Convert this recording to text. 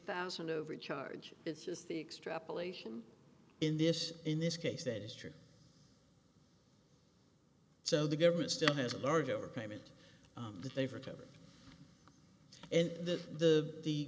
thousand overcharge it's just the extrapolation in this in this case that is true so the government still has a large overpayment that they've recovered and that the the